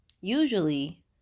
Usually